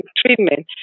treatment